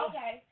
Okay